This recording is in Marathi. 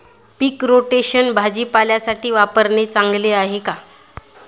पीक रोटेशन भाजीपाल्यासाठी वापरणे चांगले आहे का?